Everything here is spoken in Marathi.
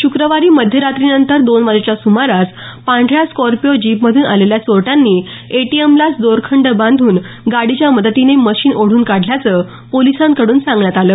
शुक्रवारी मध्यरात्रीनंतर दोन वाजेच्या सुमारास पांढऱ्या स्कॉर्पिओ जीपमधून आलेल्या चोरट्यांनी एटीएम मशीनलाच दोरखंड बांधून गाडीच्या मदतीने मशीन ओढून काढल्याचं पोलिसांकडून सांगण्यात आलं